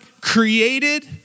created